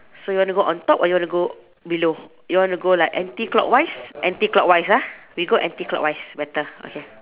so you want to go on top or you want to go below you want to go like anticlockwise anticlockwise ah we go anticlockwise better okay